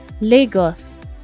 Lagos